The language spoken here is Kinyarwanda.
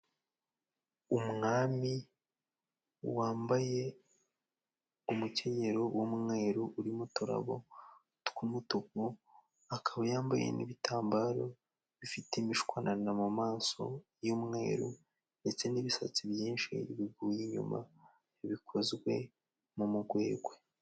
Umwami wambaye umukenyero w'umweru urimo uturabo tw'umutuku, akaba yambaye n'ibitambaro bifite imishwanana mu maso y'umweru ,ndetse n'ibisatsi byinshi biguye inyuma bikozwe mu mugwegwe.